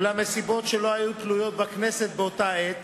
אולם מסיבות שלא היו תלויות בכנסת באותה עת,